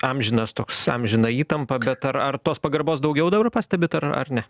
amžinas toks amžina įtampa bet ar ar tos pagarbos daugiau dabar pastebit ar ar ne